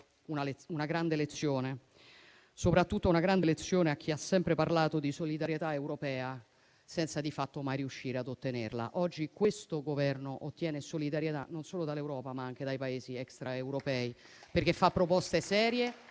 una grande lezione, soprattutto a chi ha sempre parlato di solidarietà europea senza di fatto mai riuscire a ottenerla. Oggi questo Governo ottiene solidarietà non solo dall'Europa, ma anche dai Paesi extraeuropei, perché fa proposte serie,